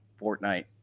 Fortnite